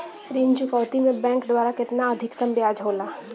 ऋण चुकौती में बैंक द्वारा केतना अधीक्तम ब्याज होला?